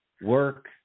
work